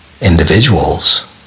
individuals